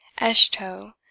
eshto